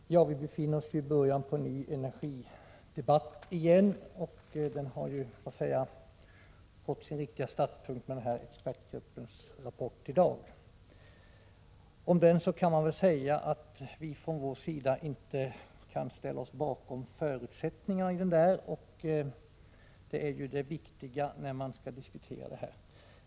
Fru talman! Vi befinner oss i början av en ny energidebatt igen. Den har helt riktigt fått sin utgångspunkt i expertgruppens rapport, som offentliggjordes i dag. Om den vill jag säga att vi i vpk inte kan ställa oss bakom förutsättningarna för den. Det är det viktiga när man skall diskutera den.